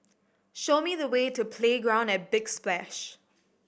show me the way to Playground at Big Splash